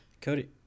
Cody